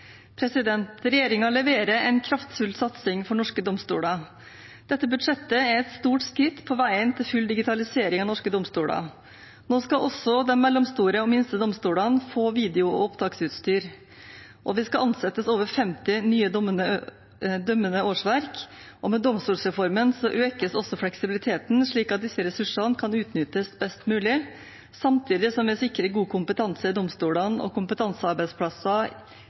leverer en kraftfull satsing for norske domstoler. Dette budsjettet er et stort skritt på veien til full digitalisering av norske domstoler. Nå skal også de mellomstore og minste domstolene få video- og opptaksutstyr, og det skal ansettes over 50 nye dømmende årsverk. Med domstolsreformen økes også fleksibiliteten, slik at disse ressursene kan utnyttes best mulig, samtidig som vi sikrer god kompetanse i domstolene og kompetansearbeidsplasser